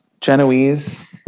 genoese